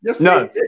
No